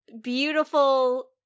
beautiful